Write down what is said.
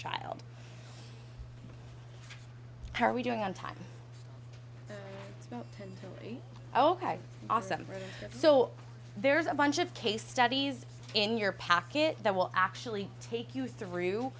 child how are we doing on time oh awesome so there's a bunch of case studies in your pocket that will actually take you through